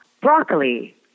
broccoli